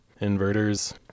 inverters